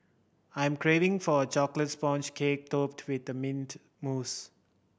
I'm craving for a chocolate sponge cake topped with mint mousse